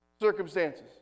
circumstances